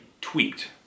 tweaked